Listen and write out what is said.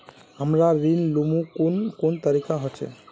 हमरा ऋण लुमू कुन कुन तरीका होचे?